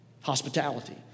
Hospitality